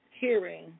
hearing